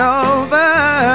over